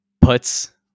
puts